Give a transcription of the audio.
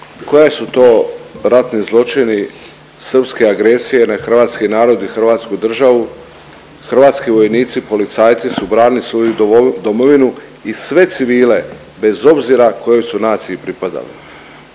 koji su to ratni zločini srpske agresije na hrvatski narod i hrvatsku državu? Hrvatski vojnici i policajci su branili svoju domovinu i sve civile bez obzira kojoj su naciji pripadali.